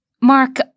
Mark